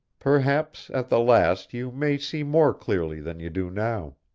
perhaps at the last you may see more clearly than you do now.